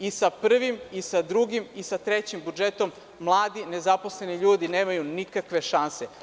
I sa prvim i sa drugim i sa trećim budžetom mladi i nezaposleni ljudi nemaju nikakve šanse.